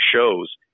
shows